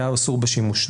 היה אסור בשימוש,